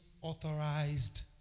Authorized